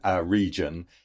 region